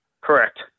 Correct